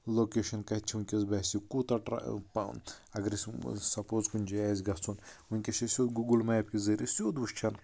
location کَتہِ چھِ ؤنٛکیٚس بسہِ کوٗتاہ اَگر ٹراگرأسۍ سَپوز کُنہِ جایہِ آسہِ گژھُن ؤنٛکیٚس چھِ أسۍ سُہ گُوگٔل میپ کہِ ذٔریعہ أسۍ سیود وُچھان